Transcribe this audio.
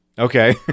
Okay